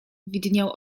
widniał